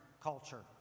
culture